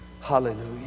hallelujah